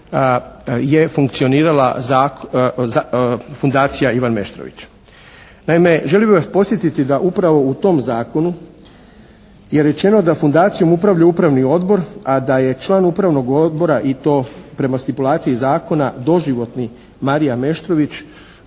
je funkcionirala fundacija Ivan Meštrović. Naime, želio bih vas podsjetiti da upravo u tom zakonu je rečeno da fundacijom upravlja upravni odbor, a da je član upravnog odbora i to prema stipulaciji zakona doživotni Marija Meštrović